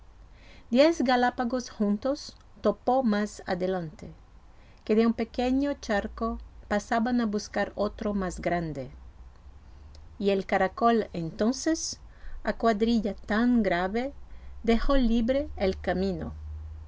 diez galápagos juntos topó mas adelante que de un pequeño charco pasaban a buscar otro mas grande y el caracol entonces a cuadrilla tan grave dejó libre el camino